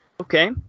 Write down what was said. Okay